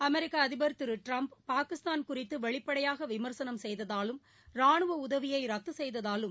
அமெரிக்க அதிபர் திரு ட்ரம்ப் பாகிஸ்தான் குறித்து வெளிப்படையாக விமர்சனம் செய்ததாலும் ராணுவ உதவியை ரத்து செய்ததாலும்